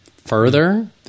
further